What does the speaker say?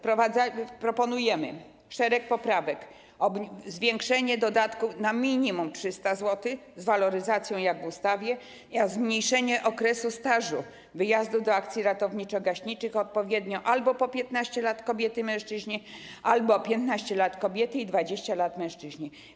Proponujemy szereg poprawek: zwiększenie dodatku do minimum 300 zł z waloryzacją jak w ustawie, skrócenie okresu stażu wyjazdu do akcji ratowniczo-gaśniczych albo po 15 lat kobiety i mężczyźni, albo 15 lat kobiety i 20 lat mężczyźni.